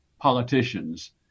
politicians